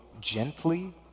gently